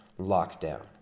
lockdown